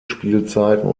spielzeiten